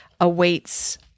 awaits